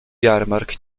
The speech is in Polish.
jarmark